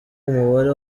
umubare